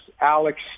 Alex